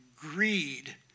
greed